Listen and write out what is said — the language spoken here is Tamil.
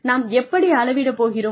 நாம் எப்படி அளவிடப் போகிறோம்